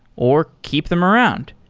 or keep them around.